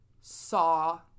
saw